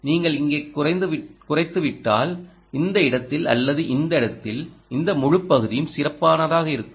நீங்கள் இங்கே குறைத்துவிட்டால் இந்த இடத்தில் அல்லது இந்த இடத்தில் இந்த முழு பகுதியும் சிறப்பாக இருக்கும்